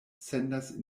sendas